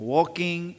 Walking